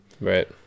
Right